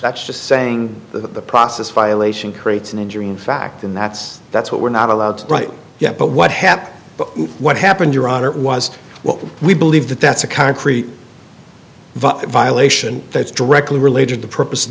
that's just saying the process violation creates an injury in fact and that's that's what we're not allowed to right yet but what happened what happened your honor was well we believe that that's a concrete violation that's directly related the purpose of